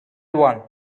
one